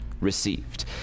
received